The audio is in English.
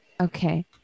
Okay